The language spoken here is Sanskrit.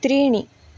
त्रीणि